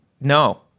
no